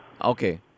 Okay